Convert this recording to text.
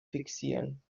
fixieren